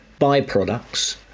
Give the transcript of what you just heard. byproducts